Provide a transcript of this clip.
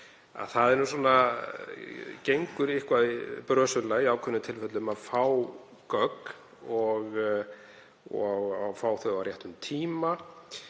það gengur eitthvað brösulega í ákveðnum tilfellum að fá gögn og fá þau á réttum tíma.